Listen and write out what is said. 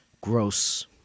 gross